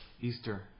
Easter